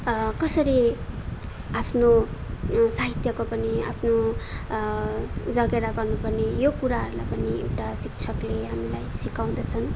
कसरी आफ्नो साहित्यको पनि आफ्नो जगेरा गर्नु पर्ने यो कुराहरूलाई पनि एउटा शिक्षकले हामीलाई सिकाउँदछन्